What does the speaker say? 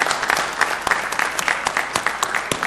(מחיאות כפיים)